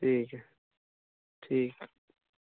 ٹھیک ہے ٹھیک ہے